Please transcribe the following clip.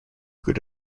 good